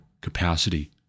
capacity